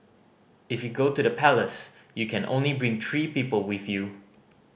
if you go to the palace you can only bring three people with you